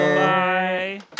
Bye